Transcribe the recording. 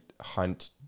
hunt